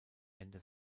ende